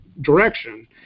direction